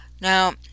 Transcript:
Now